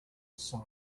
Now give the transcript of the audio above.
sign